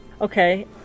okay